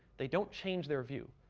they don't change their view.